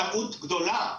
טעות גדולה.